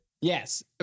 Yes